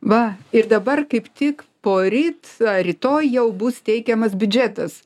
va ir dabar kaip tik poryt rytoj jau bus teikiamas biudžetas